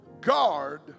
guard